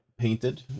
painted